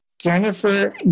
Jennifer